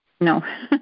no